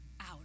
out